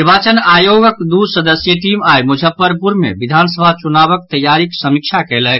निर्वाचन आयोगक दू सदस्यीय टीम आई मुजफ्फरपुर मे विधानसभा चुनावक तैयारीक समीक्षा कयलक